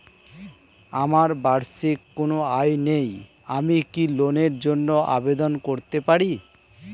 আমার বার্ষিক কোন আয় নেই আমি কি লোনের জন্য আবেদন করতে পারি?